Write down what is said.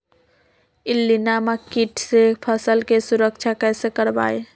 इल्ली नामक किट से फसल के सुरक्षा कैसे करवाईं?